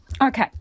Okay